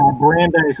Brandeis